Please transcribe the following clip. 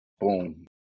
boom